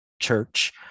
church